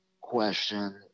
question